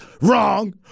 Wrong